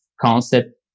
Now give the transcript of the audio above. concept